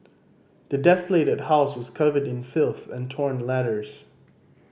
the desolated house was covered in filth and torn letters